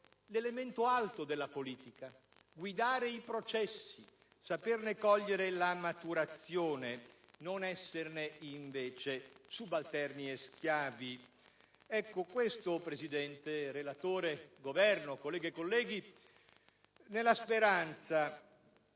l'elemento alto della politica: guidare i processi, saperne cogliere la maturazione, non esserne invece subalterni e schiavi. Questo, Presidente, relatore, Governo, colleghe e colleghi, nella speranza